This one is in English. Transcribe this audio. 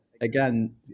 again